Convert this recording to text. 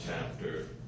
chapter